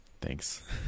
Thanks